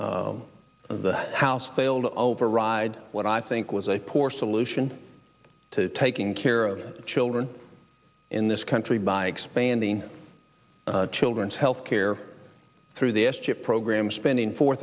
the house failed to override what i think was a poor solution to taking care of children in this country by expanding children's health care through the s chip program spending four